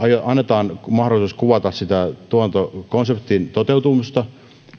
annetaan mahdollisuus kuvata sitä tuotantokonseptin toteutumista